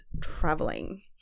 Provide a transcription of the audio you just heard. traveling